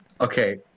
Okay